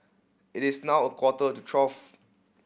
it is now a quarter to twelve